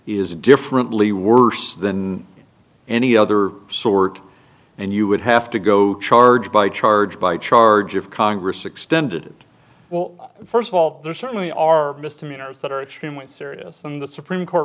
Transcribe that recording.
is differently worse than any other sort and you would have to go charge by charge by charge of congress extended well first of all there certainly are misdemeanors that are extremely serious and the supreme court